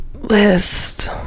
list